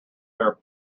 fair